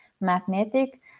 magnetic